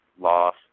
loss